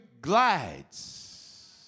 glides